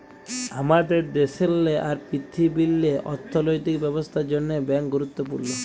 আমাদের দ্যাশেল্লে আর পীরথিবীল্লে অথ্থলৈতিক ব্যবস্থার জ্যনহে ব্যাংক গুরুত্তপুর্ল